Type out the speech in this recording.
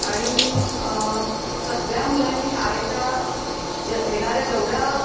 आणि सगळ्या मुलांनी शाळेच्या जं येणाऱ्या जेवढ्या